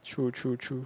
true true true